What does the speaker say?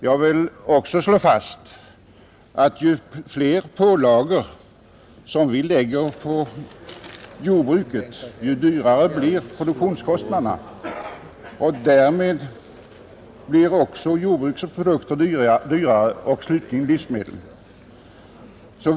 Jag vill också slå fast att ju fler pålagor vi lägger på jordbruket, desto högre blir produktionskostnaderna. Därmed blir jordbrukets produkter dyrare och slutligen livsmedlen.